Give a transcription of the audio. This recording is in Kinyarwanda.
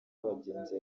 abagenzi